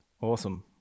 Awesome